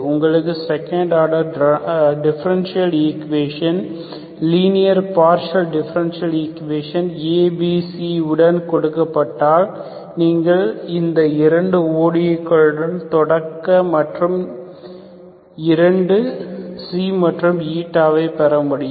உங்களுக்கு செகண்ட் ஆர்டரை differential equation linear partial differential ஈக்குவேஷன்கள் ABC உடன் கொடுக்கப்பட்டால் நீங்கள் இந்த இரண்டு ODE களுடன் தொடங்க உங்கள் இரண்டு கர்வ் மற்றும் பெற முடியும்